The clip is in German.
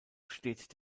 steht